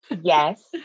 Yes